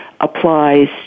applies